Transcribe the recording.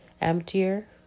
emptier